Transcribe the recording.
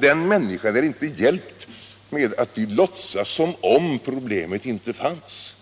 Den människa som drabbas av alkoholism är inte hjälpt av att vi låtsas som om problemet inte fanns.